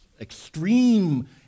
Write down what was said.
extreme